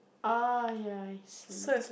oh ya I see